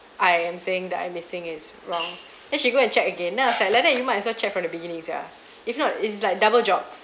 I am saying that I'm missing is wrong then she go and check again then I was like like that you might as well check from the beginning sia if not it's like double job